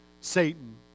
Satan